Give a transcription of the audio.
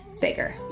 bigger